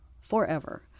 forever